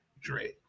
Dre